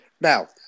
Now